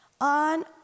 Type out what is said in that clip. on